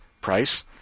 PRICE